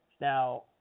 Now